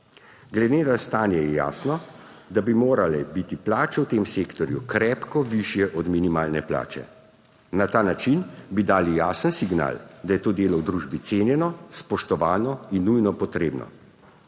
Glede na stanje je jasno, da bi morale biti plače v tem sektorju krepko višje od minimalne plače. Na ta način bi dali jasen signal, da je to delo v družbi cenjeno, spoštovano in nujno potrebno.